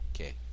Okay